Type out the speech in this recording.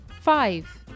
five